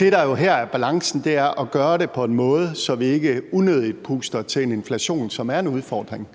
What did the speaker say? Det, der jo her er balancen, er at gøre det på en måde, så vi ikke unødigt puster til en inflation, som er en udfordring.